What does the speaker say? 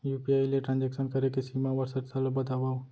UPI ले transaction करे के सीमा व शर्त ला बतावव?